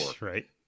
Right